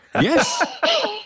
yes